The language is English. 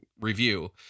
review